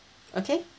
okay